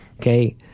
Okay